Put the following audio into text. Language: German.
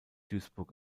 duisburg